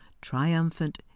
triumphant